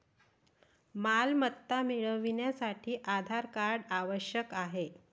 मालमत्ता मिळवण्यासाठी आधार कार्ड आवश्यक आहे